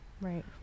right